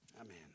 Amen